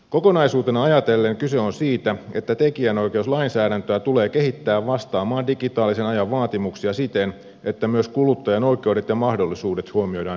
kokonaisuutena ajatellen kyse on siitä että tekijänoikeuslainsäädäntöä tulee kehittää vastaamaan digitaalisen ajan vaatimuksia siten että myös kuluttajan oikeudet ja mahdollisuudet huomioidaan nykyistä paremmin